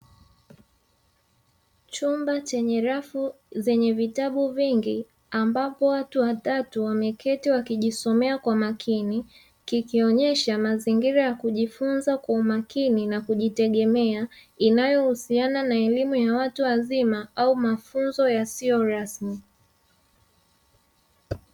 Chumba chenye rafu zenye vitabu vingi ambavyo watu watatu wameketi wakijisomea kwa makini, kikionyesha mazingira ya kujifunza kwa umakini na kujitegemea inayohusiana na elimu ya watu wazima au mafunzo yasiyo rasmi.